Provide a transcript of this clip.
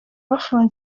bafunze